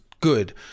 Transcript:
good